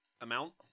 amount